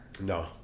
No